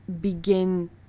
Begin